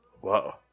whoa